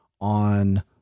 on